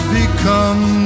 become